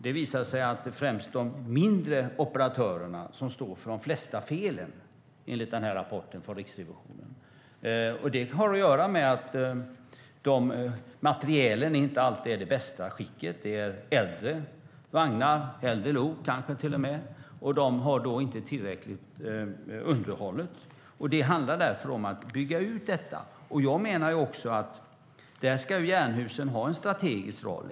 Det visar sig att det är främst de mindre operatörerna som står för de flesta felen, enligt rapporten från Riksrevisionen. Det har att göra med att materielen inte alltid är i bästa skick. Det är äldre vagnar och lok, och de har inte underhållits tillräckligt. Det handlar därför om att bygga ut detta. Jag menar att Jernhusen där ska ha en strategisk roll.